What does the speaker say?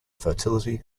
fertility